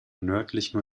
nördlichen